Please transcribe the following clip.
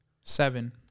Seven